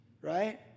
right